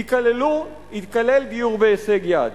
ייכלל דיור בהישג יד.